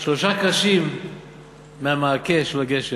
קרשים מהמעקה של הגשר,